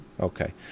Okay